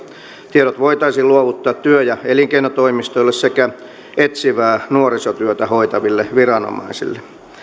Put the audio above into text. tiedot voitaisiin luovuttaa työ ja elinkeinotoimistoille sekä etsivää nuorisotyötä hoitaville viranomaisille